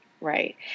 Right